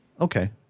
Okay